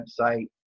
website